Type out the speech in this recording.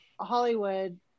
hollywood